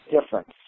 Difference